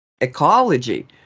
ecology